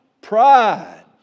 Pride